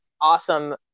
awesome